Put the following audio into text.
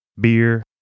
beer